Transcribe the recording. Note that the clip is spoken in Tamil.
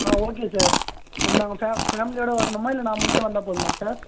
ஆ ஓகே சார் அப்போ நாங்கள் ஃபேமிலியோடு வரணுமா இல்லை நான் மட்டும் வந்தால் போதுமா சார்